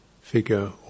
figure